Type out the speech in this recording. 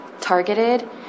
targeted